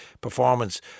performance